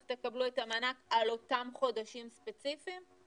תקבלו את המענק על אותם חודשים ספציפיים?